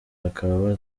bakaba